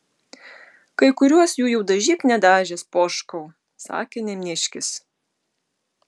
kai kuriuos jų jau dažyk nedažęs poškau sakė neniškis